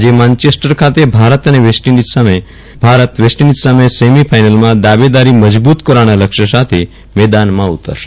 આજે માન્ચેસ્ટર ખાતે Bharat West Indies સામે સેમિફાઈનલમાં દાવેદારી મજબુત કરવાના લક્ષ્ય સાથે મેદાનમાં ઉતરથે